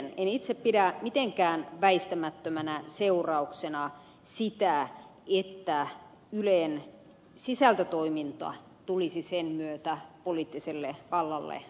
en itse pidä mitenkään väistämättömänä seurauksena sitä että ylen sisältötoiminta tulisi sen myötä poliittiselle vallalle alisteiseksi